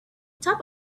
top